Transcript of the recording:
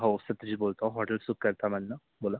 हो सत्यजित बोलतो हॉटेल सुखकर्ता मधून बोला